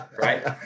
right